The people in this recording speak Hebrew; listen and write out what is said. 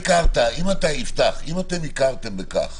יפתח, אם הכרתם בכך